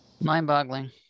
Mind-boggling